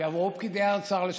שיבואו פקידי האוצר לשם ויסבירו.